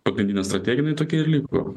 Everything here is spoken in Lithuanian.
pagrindinė strategija jinai tokia ir liko